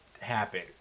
happen